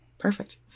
Perfect